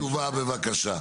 תשובה, בבקשה.